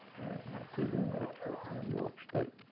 my two roommates were from new york state,